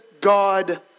God